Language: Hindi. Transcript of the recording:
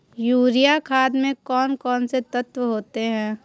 यूरिया खाद में कौन कौन से तत्व होते हैं?